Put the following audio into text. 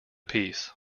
peace